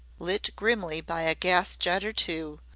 lit grimly by a gas-jet or two,